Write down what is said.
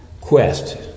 quest